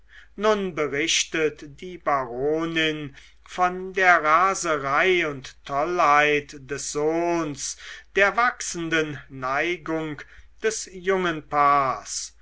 nun berichtet die baronin von der raserei und tollheit des sohns der wachsenden neigung des jungen paars